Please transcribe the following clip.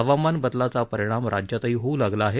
हवामान बदलाचा परिणाम राज्यातही होऊ लागला आहे